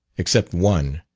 except one,